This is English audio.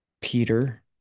Peter